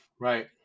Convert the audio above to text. right